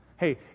Hey